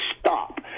stop